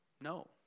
No